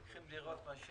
לוקחים דירות מאנשים